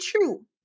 true